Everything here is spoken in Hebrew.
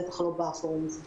בטח לא בפורום הזה.